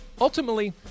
ultimately